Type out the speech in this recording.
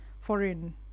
foreign